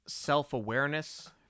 self-awareness